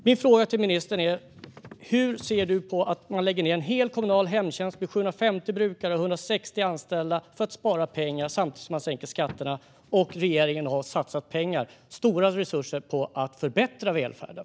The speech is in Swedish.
Min fråga till ministern är: Hur ser du på att man lägger ned en hel kommunal hemtjänst med 750 brukare och 160 anställda för att spara pengar samtidigt som man sänker skatterna och samtidigt som regeringen har satsat pengar - stora resurser - på att förbättra välfärden?